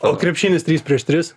o krepšinis trys prieš tris